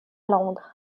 londres